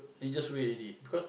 religious way already because